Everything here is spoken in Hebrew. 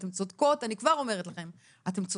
אני כבר אומרת לכן, אתן צודקות.